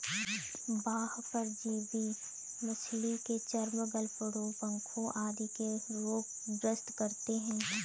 बाह्य परजीवी मछली के चर्म, गलफडों, पंखों आदि के रोग ग्रस्त करते है